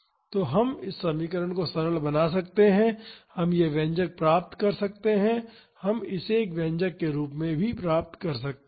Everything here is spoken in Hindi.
तो हम इस समीकरण को सरल बना सकते हैं और हम यह व्यंजक प्राप्त कर सकते हैं हम इसे इस व्यंजक के रूप में प्राप्त कर सकते हैं